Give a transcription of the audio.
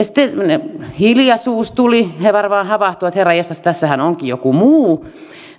sitten semmoinen hiljaisuus tuli he varmaan havahtuivat että herranjestas tässähän onkin joku muu